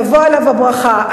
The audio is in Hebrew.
תבוא עליו הברכה.